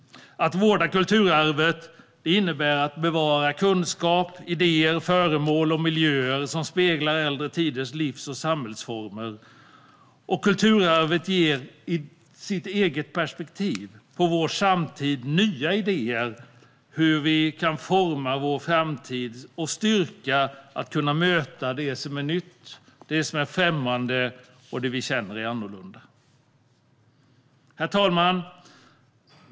Att vårda kulturarvet innebär att bevara kunskap, idéer, föremål och miljöer som speglar äldre tiders livs och samhällsformer. Kulturarvet ger perspektiv på vår samtid, nya idéer om hur vi kan forma vår framtid och styrka att kunna möta det nya och främmande. Herr talman!